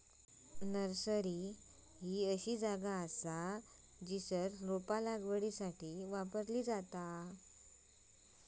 nursery अशी जागा असा जयसर रोपा लागवडीसाठी वापरली जातत